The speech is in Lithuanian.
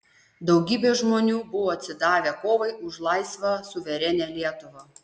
daugybė žmonių buvo atsidavę kovai už laisvą suverenią lietuvą